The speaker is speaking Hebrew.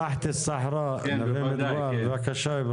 בבקשה.